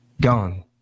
gone